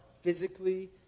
physically